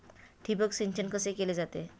ठिबक सिंचन कसे केले जाते?